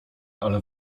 ale